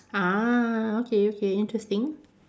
ah okay okay interesting